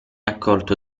accolto